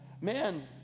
man